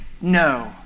no